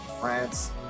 France